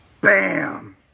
BAM